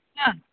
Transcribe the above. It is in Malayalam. ആ